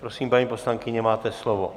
Prosím, paní poslankyně, máte slovo.